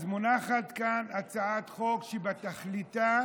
מונחת כאן הצעת חוק שתכליתה